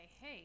hey